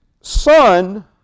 son